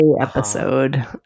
episode